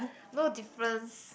no difference